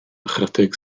ychydig